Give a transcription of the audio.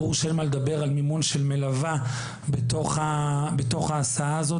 ברור שאין מה לדבר על מימון של מלווה בתוך ההסעה הזאת,